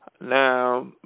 Now